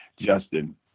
Justin